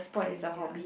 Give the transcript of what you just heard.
playing ya